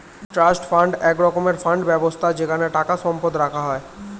trust fund এক রকমের fund ব্যবস্থা যেখানে টাকা সম্পদ রাখা হয়